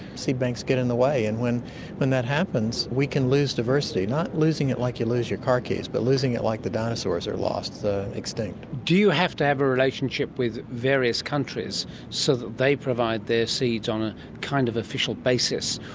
seed banks get in the way, and when when that happens we can lose diversity. not losing it like you lose your car keys but losing it like the dinosaurs are lost, they're extinct. do you have to have a relationship with various countries so that they provide their seeds on a kind of official basis,